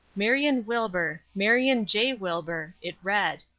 marion wilbur marion j. wilbur, it read.